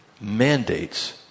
mandates